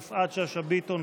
יפעת שאשא ביטון,